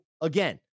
again